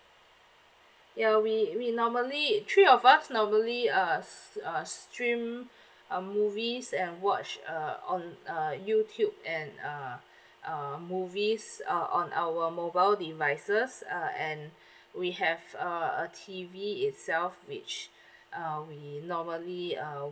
ya we we normally three of us normally uh s~ uh stream uh movies and watch uh on uh youtube and uh uh movies uh on our mobile devices uh and we have uh a T_V itself which uh we normally uh